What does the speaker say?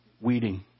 weeding